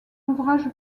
ouvrage